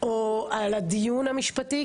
או על הדיון המשפטי.